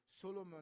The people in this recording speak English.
solomon